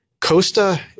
Costa